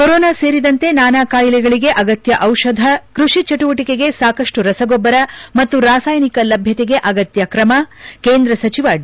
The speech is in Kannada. ಕೊರೊನಾ ಸೇರಿದಂತೆ ನಾನಾ ಕಾಯಿಲೆಗಳಿಗೆ ಅಗತ್ಯ ದಿಷಧ ಕೃಷಿ ಚಟುವಟಿಕೆಗೆ ಸಾಕಷ್ಟು ರಸಗೊಬ್ಬರ ಮತ್ತು ರಾಸಾಯನಿಕ ಲಭ್ಯತೆಗೆ ಅಗತ್ಯ ಕ್ರಮ ಕೇಂದ್ರ ಸಚಿವ ಡಿ